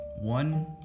One